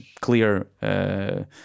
clear